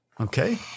Okay